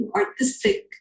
artistic